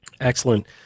Excellent